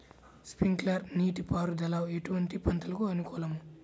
Sprinkler నీటిపారుదల ఎటువంటి పంటలకు అనుకూలము?